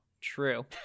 True